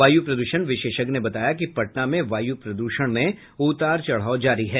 वायु प्रदूषण विशेषज्ञ ने बताया कि पटना में वायु प्रदूषण में उतार चढ़ाव जारी है